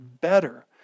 better